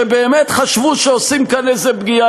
שבאמת חשבו שעושים כאן איזו פגיעה,